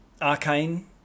arcane